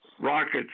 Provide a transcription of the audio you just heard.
Rockets